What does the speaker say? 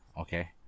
okay